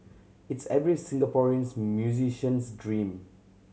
it's every Singaporeans musician's dream